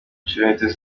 juventus